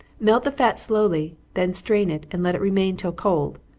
melt the fat slowly, then strain it, and let it remain till cold.